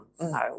no